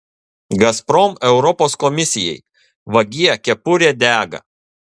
gazprom europos komisijai vagie kepurė dega